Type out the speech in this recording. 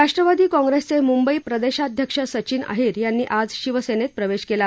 राष्ट्रवादी काँग्रेसचे मुंबई प्रदेशाध्यक्ष सचिन अहिर यांनी आज शिवसेनेत प्रवेश केला